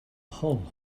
hull